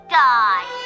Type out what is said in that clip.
die